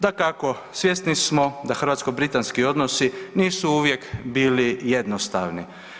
Dakako, svjesni smo da hrvatsko britanski odnosi nisu uvijek bili jednostavni.